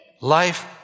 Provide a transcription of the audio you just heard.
Life